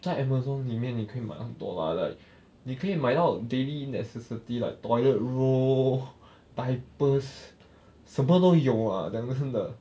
在 Amazon 里面你可以买很多 lah like 你可以买到 daily necessity like toilet roll diapers 什么都有 ah 两个真的